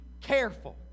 careful